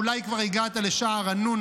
אולי כבר הגעת לשער הנו"ן,